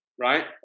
right